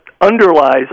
underlies